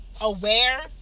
aware